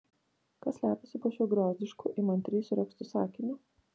kas slepiasi po šiuo griozdišku įmantriai suregztu sakiniu